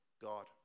God